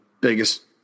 biggest